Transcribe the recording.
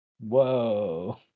Whoa